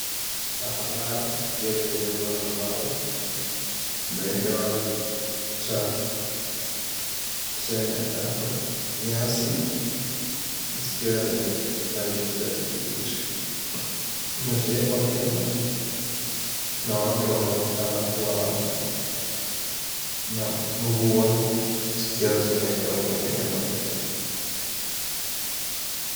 Barabara iliyotengenezwa na mawe imeekewa taa sehemu ya kando, nyasi zikiwa zenye rangi ya kijanikibichi. Kumetegwa hema na watu wanaonekana kuwa hapo na nguo zikiwa zimeekewa kwenye hema hiyo.